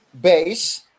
base